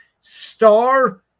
Star